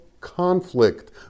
conflict